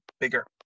bigger